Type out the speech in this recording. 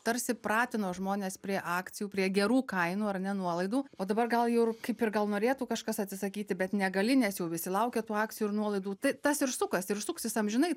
tarsi pratino žmones prie akcijų prie gerų kainų ar ne nuolaidų o dabar gal jau ir kaip ir gal norėtų kažkas atsisakyti bet negali nes jau visi laukia tų akcijų ir nuolaidų tai tas ir sukasi ir suksis amžinai